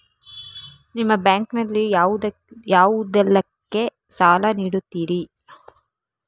ನಿಮ್ಮ ಬ್ಯಾಂಕ್ ನಲ್ಲಿ ಯಾವುದೇಲ್ಲಕ್ಕೆ ಸಾಲ ನೀಡುತ್ತಿರಿ?